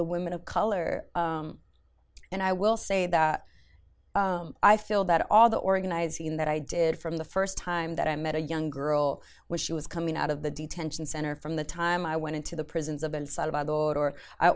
the women of color and i will say that i feel that all the organizing that i did from the first time that i met a young girl was she was coming out of the detention center from the time i went into the prisons o